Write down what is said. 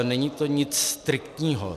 Není to nic striktního.